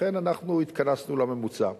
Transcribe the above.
לכן אנחנו התכנסנו לממוצע.